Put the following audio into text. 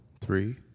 three